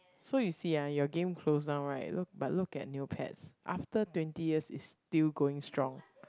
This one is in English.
so you see ah your game close down right look but look at Neopets after twenty years it's still going strong